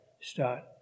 start